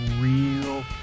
real